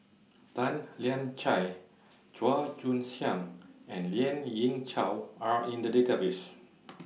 Tan Lian Chye Chua Joon Siang and Lien Ying Chow Are in The Database